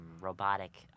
robotic